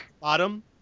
bottom